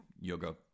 yoga